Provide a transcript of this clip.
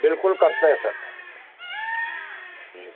बिल्कुल करते हैं सर जी